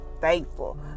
thankful